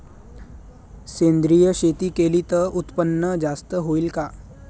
सेंद्रिय शेती केली त उत्पन्न जास्त होईन का?